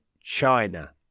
China